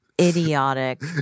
Idiotic